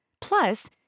Plus